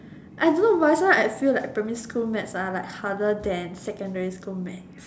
I don't why sometimes I feel like primary school maths are like harder than secondary school maths